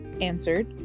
Answered